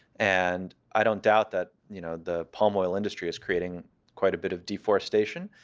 and i don't doubt that you know the palm oil industry is creating quite a bit of deforestation.